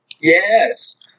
Yes